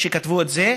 שכתבו את זה,